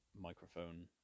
microphone